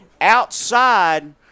outside